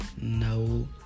no